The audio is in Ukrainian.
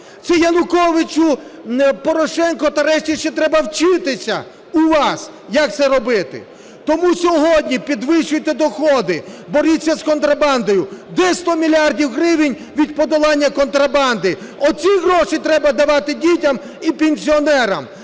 Це Януковичу, Порошенку та решті ще треба вчитися у вас, як це робити. Тому сьогодні підвищуйте доходи, боріться з контрабандою. Де 100 мільярдів гривень від подолання контрабанди? Оці гроші треба давати дітям і пенсіонерам.